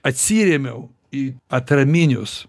atsirėmiau į atraminius